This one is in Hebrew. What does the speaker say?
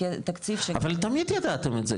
אבל תמיד ידעתם את זה,